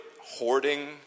hoarding